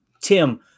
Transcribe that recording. Tim